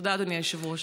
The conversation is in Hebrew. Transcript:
תודה, אדוני היושב-ראש.